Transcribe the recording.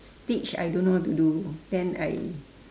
stitch I don't know how to do then I